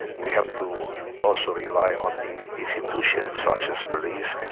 we have to also rely on the institutions such as police,